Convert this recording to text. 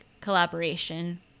collaboration